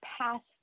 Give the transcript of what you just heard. past